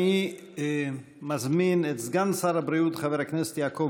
אני מזמין את סגן שר הבריאות חבר הכנסת יעקב